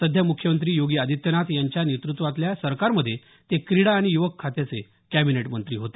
सध्या मुख्यमंत्री योगी आदित्यनाथ यांच्या नेतृत्वातल्या सरकारमधे ते क्रीडा आणि युवक खात्याचे कॅबिनेट मंत्री होते